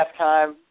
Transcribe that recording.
halftime